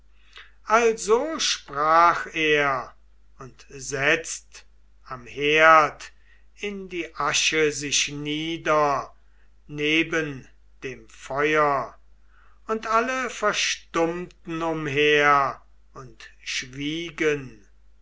also sprach er und setzt am herd in die asche sich nieder neben dem feur und alle verstummten umher und schwiegen